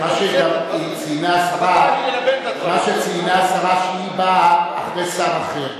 מה שציינה השרה הוא שהיא באה אחרי שר אחר.